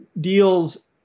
deals